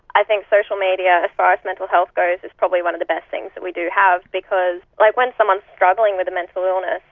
i think social media, as far as mental health goes, is probably one of the best things that we do have, because like when someone is struggling with a mental illness,